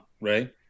right